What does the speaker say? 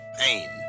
pain